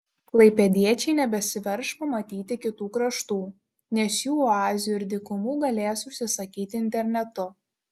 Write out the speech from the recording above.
klaipėdiečiai nebesiverš pamatyti kitų kraštų nes jų oazių ir dykumų galės užsisakyti internetu